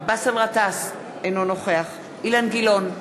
באסל גטאס, אינו נוכח אילן גילאון,